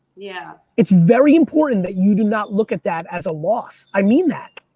yeah. it's very important that you do not look at that as a loss. i mean that.